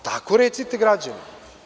Tako recite građanima.